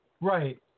Right